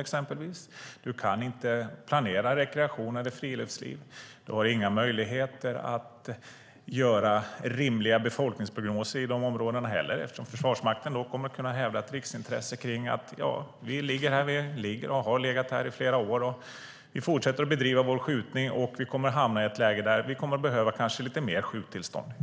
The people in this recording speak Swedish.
exempelvis byggnation. Man kan inte planera för rekreation eller friluftsliv. Man har inga möjligheter att göra rimliga befolkningsprognoser i de områdena heller eftersom Försvarsmakten kommer att kunna hävda ett riksintresse och säga: Vi ligger där vi ligger och har legat där i flera år. Vi fortsätter att bedriva vår skjutning. Och vi kommer kanske att hamna i ett läge där kommer att behöva lite mer skjuttillstånd.